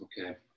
okay